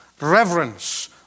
reverence